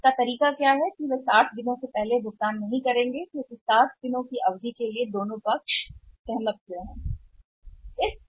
इसलिए एक तरीका यह है कि वे 60 दिनों से पहले भुगतान नहीं करेंगे क्योंकि यह दोनों द्वारा सहमत है 60 दिनों की अवधि